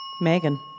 Megan